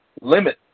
limit